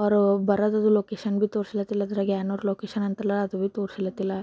ಅವರು ಬರೋದದು ಲೊಕೇಶನ್ ಭೀ ತೋರಿಸ್ಲತ್ತಿಲ್ಲ ಅದರಾಗೆ ಏನೋ ಲೊಕೇಶನ್ ಅಂತಲ್ಲ ಅದು ಭೀ ತೋರಿಸ್ಲತ್ತಿಲ್ಲ